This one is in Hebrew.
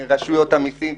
עם רשויות המיסים.